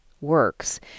works